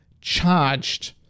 charged